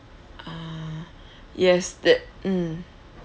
ah yes that mm